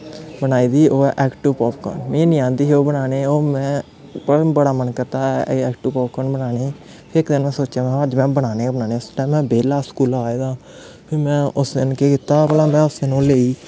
बनाई दी ऐ ओह् ऐ आक्टो पॉपकोन मीं निं आंदे ही ओह् बनाने में बड़ा मन कीता आक्टो पॉपकोन बनाने गी इक दिन में सोचा दा हा अज्ज में बनाने गै बनाने में उस बेल्लै में बेह्ला हा स्कूला आए दा हा फिर में उस दिन केह् कीता भला में उस दिन ओह् लेई